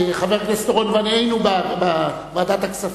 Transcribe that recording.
חבר הכנסת אורון ואני היינו בוועדת הכספים,